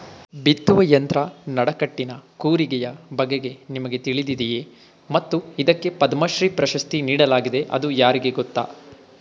ಬಿತ್ತುವ ಯಂತ್ರ ನಡಕಟ್ಟಿನ ಕೂರಿಗೆಯ ಬಗೆಗೆ ನಿಮಗೆ ತಿಳಿದಿದೆಯೇ ಮತ್ತು ಇದಕ್ಕೆ ಪದ್ಮಶ್ರೀ ಪ್ರಶಸ್ತಿ ನೀಡಲಾಗಿದೆ ಅದು ಯಾರಿಗೆ ಗೊತ್ತ?